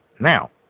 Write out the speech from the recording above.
now